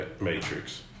matrix